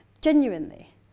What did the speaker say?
genuinely